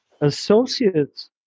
associates